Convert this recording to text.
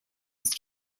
ist